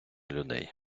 людей